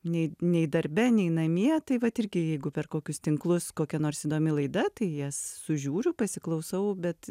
nei nei darbe nei namie tai vat irgi jeigu per kokius tinklus kokia nors įdomi laida tai jas sužiūriu pasiklausau bet